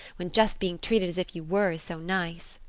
when just being treated as if you were is so nice.